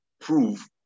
prove